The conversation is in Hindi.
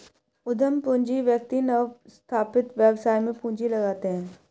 उद्यम पूंजी व्यक्ति नवस्थापित व्यवसाय में पूंजी लगाते हैं